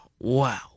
wow